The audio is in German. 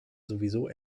sowieso